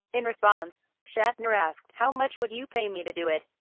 in response, shatner asked how much would you pay me to do it?